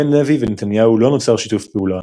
בין לוי ונתניהו לא נוצר שיתוף פעולה